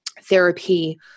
therapy